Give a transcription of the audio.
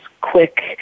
quick